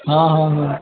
हाँ हाँ हाँ